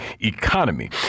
economy